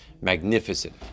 magnificent